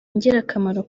ingirakamaro